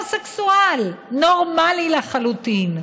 והומוסקסואל, נורמלי לחלוטין.